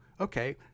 okay